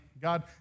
God